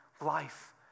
life